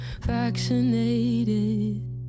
vaccinated